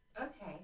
Okay